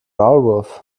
maulwurf